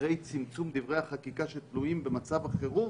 אחרי צמצום דברי החקיקה שתלויים במצב החירום,